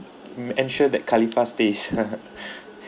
uh ensure that khalifa stays